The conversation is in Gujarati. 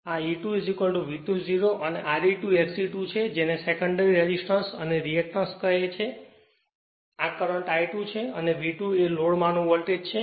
તેથી આ E2 V2 0 છે અને Re2 XE2 છે જે તેને સેકન્ડરી રેસિસ્ટન્સ અને રીએકટન્સ કહે છે આ કરંટ I2 છે અને V2 એ લોડ માંનો વોલ્ટેજ છે